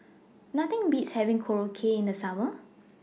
Nothing Beats having Korokke in The Summer